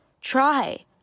Try